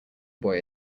boy